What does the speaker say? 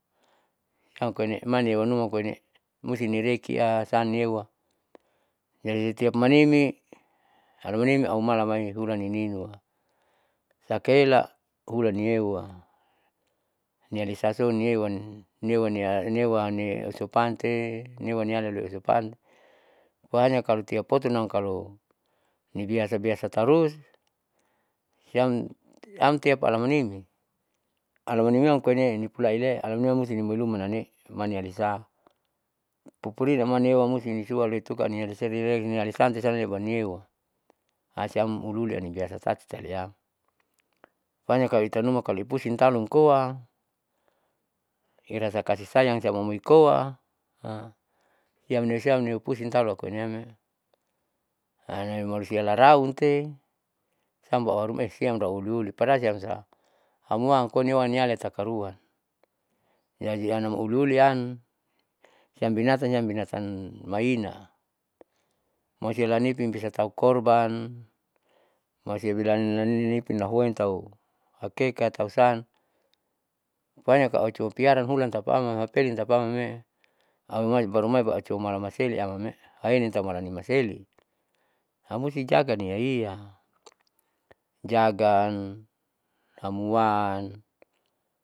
Ham koiene mani ewanuma koine'e musi nirekia saniewa jadi tiap manimi halamanimi au malamai hulaninieuwa sakaela hulanieuwa nialisa son nieuwa nieuwania nieuwani usupante nieuwanialausupan po hanya kalo tiap potonam kalo nibiasabiasa tarus siam' amtiap alamanimi, alamanimi amkoine'e nipulaaile alanima mustinimuilumanane'e manialisa pupuriamanieuwa musti nisualoitukannialisareke nialisantesanieuwanyewa asiam uliuli ambiasatatitaleam po hanya kalo ita numa kalo ipusin tanum koa irasa kasi sayang siam amuikoa siamne siamneu pusing talokoiniamme hamalusia laraunte siam auharumae siam tauuliuli padahal siamsa hamwakoinieuwa nialitakaruang. jadi anama uliulian siam binatan binatan maina, manusialanipin bisa tau korban, manusialanipin lahuantau akekatausan. po hanya kalo aucuman tau piara hulan tapaama hapelin tapamame'e aumau barumai baru aucuma halamaseleamme'e haeinitaumalanimasele aumusi aga niiaia jaga hamwaan.